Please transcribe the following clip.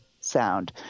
sound